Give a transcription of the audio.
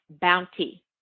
bounty